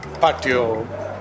patio